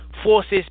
forces